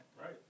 Right